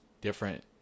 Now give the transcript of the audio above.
Different